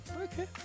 Okay